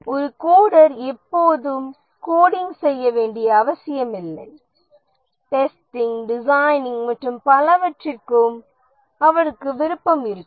ஒரு கோடெர் எப்போதும் கோடிங்ட செய்ய வேண்டிய அவசியமில்லை டெஸ்டிங் டிசைனிங் மற்றும் பலவற்றிற்கும் அவருக்கு விருப்பம் இருக்கும்